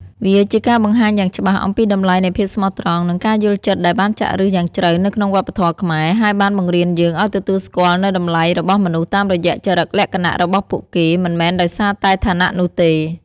វាជាការបង្ហាញយ៉ាងច្បាស់អំពីតម្លៃនៃភាពស្មោះត្រង់និងការយល់ចិត្តដែលបានចាក់ឫសយ៉ាងជ្រៅនៅក្នុងវប្បធម៌ខ្មែរ ហើយបានបង្រៀនយើងឲ្យទទួលស្គាល់នូវតម្លៃរបស់មនុស្សតាមរយៈចរិតលក្ខណៈរបស់ពួកគេ មិនមែនដោយសារតែឋានៈនោះទេ។